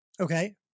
Okay